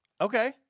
Okay